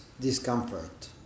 discomfort